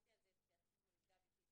קיימתי על זה התייעצות עם גבי פיסמן.